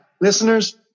listeners